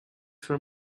for